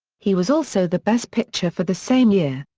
he was also the best pitcher for the same year.